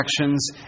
actions